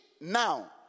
now